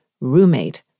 roommate